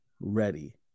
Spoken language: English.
ready